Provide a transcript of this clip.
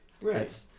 Right